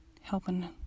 helping